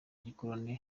gikoloni